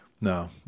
No